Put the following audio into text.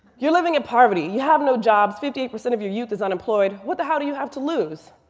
you're living in poverty. you have no jobs. fifty eight percent of your youth is unemployed. what the hell do you have to lose?